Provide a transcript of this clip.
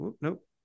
nope